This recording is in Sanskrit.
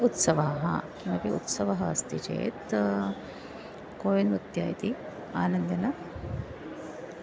उत्सवाः किमपि उत्सवः अस्ति चेत् कोयिनृत्यम् इति आनन्देन